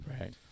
Right